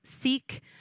seek